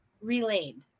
relayed